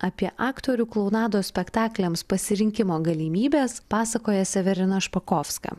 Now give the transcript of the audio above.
apie aktorių klounados spektakliams pasirinkimo galimybes pasakoja severina špakovska